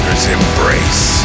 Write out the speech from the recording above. embrace